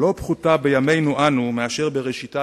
אינה פחותה בימינו שלנו מאשר בראשיתה,